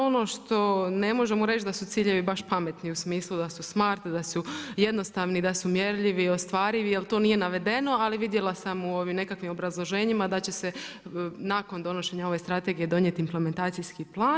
Ono što ne možemo reći da su ciljevi baš pametni u smislu da su smart, da su jednostavni, da su mjerljivi i ostvarivi jer to nije navedeno ali vidjela sam u ovim nekakvim obrazloženjima da će se nakon donošenja ove strategije donijeti implementacijski plan.